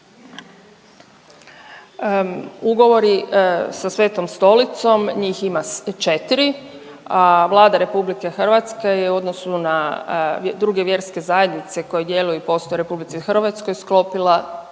Ugovori sa Svetom Stolicom, njih ima 4, a Vlada RH je u odnosu na druge vjerske zajednice koje djeluju i postoje u RH sklopila